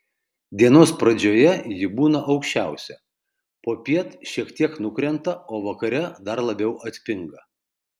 dienos pradžioje ji būna aukščiausia popiet šiek tiek nukrenta o vakare dar labiau atpinga